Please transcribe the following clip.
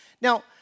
Now